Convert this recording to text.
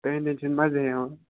تُہٕندٮ۪ن چھِنہٕ مَزٕے یِوان